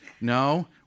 No